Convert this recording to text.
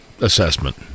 assessment